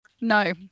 No